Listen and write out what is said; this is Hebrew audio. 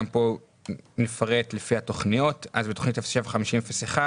אז בתוכנית 075001